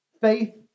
faith